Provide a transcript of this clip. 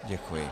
Děkuji.